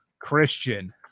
Christian